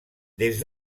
des